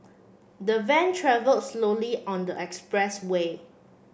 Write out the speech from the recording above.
the van travelled slowly on the expressway